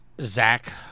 Zach